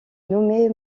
nommé